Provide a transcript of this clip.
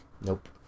Nope